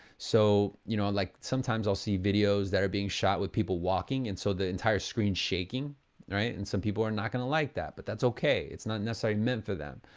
so, you know, like sometimes, i'll see videos that are being shot with people walking and so the entire screen shaking, all right? and some people are not gonna like that but that's okay, it's not necessary meant for them.